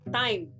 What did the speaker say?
time